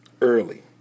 early